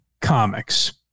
comics